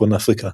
וצפון אפריקה,